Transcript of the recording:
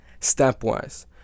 stepwise